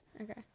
Okay